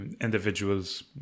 individuals